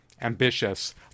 ambitious